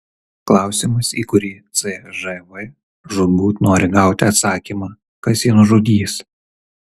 klausimas į kurį cžv žūtbūt nori gauti atsakymą kas jį nužudys